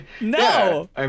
No